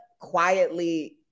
quietly